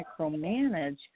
micromanage